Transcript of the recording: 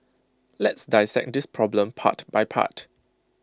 let's dissect this problem part by part